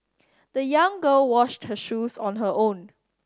the young girl washed her shoes on her own